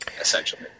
essentially